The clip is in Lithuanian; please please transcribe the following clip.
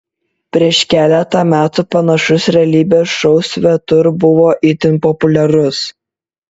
prieš keletą metų panašus realybės šou svetur buvo itin populiarus